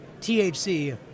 THC